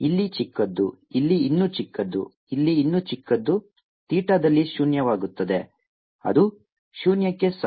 ಇಲ್ಲಿ ಚಿಕ್ಕದು ಇಲ್ಲಿ ಇನ್ನೂ ಚಿಕ್ಕದು ಇಲ್ಲಿ ಇನ್ನೂ ಚಿಕ್ಕದು ಥೀಟಾದಲ್ಲಿ ಶೂನ್ಯವಾಗುತ್ತದೆ ಅದು ಶೂನ್ಯಕ್ಕೆ ಸಮ